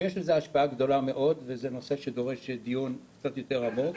שיש לזה השפעה גדולה מאוד וזה נושא שדורש דיון קצת יותר עמוק.